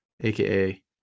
AKA